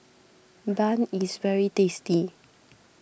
Bun is very tasty